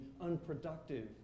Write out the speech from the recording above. unproductive